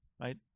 right